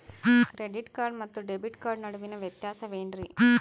Credit card ಮತ್ತು debit card ನಡುವಿನ ವ್ಯತ್ಯಾಸ ವೇನ್ರೀ?